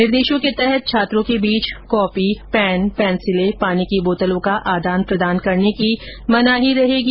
निर्देशों के तहत छात्रों के बीच कॉपी पैन पेंसिलें पानी की बोतलों का आदान प्रदान करने की मनाही रहेगी